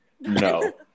no